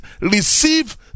receive